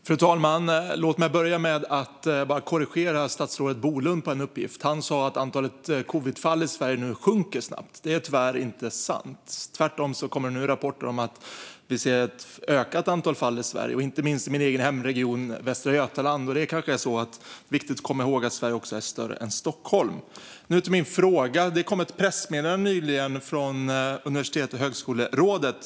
Fru talman! Låt mig börja med att korrigera statsrådet Bolund när det gäller en uppgift. Han sa att antalet covidfall nu sjunker snabbt. Det är tyvärr inte sant. Tvärtom kommer det nu rapporter om att vi ser ett ökat antal fall i Sverige, inte minst i min egen hemregion Västra Götaland. Det är viktigt att komma ihåg att Sverige är större än Stockholm. Nu till min fråga. Det kom ett pressmeddelande nyligen från Universitets och högskolerådet.